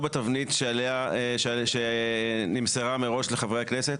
בתבנית שעליה שנמסרה מראש לחברי הכנסת,